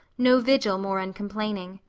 no vigil more uncomplaining.